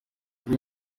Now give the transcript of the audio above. kuri